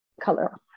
color